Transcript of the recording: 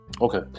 Okay